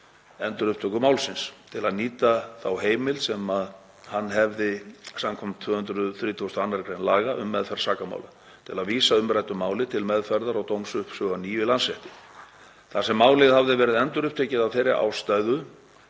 endurupptöku málsins, að nýta þá heimild sem hann hefði skv. 232. gr. laga um meðferð sakamála til að vísa umræddu máli til meðferðar og dómsuppsögu að nýju í Landsrétti. Þar sem málið hafði verið endurupptekið af þeirri ástæðu